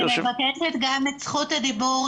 גם אני מבקשת את זכות הדיבור.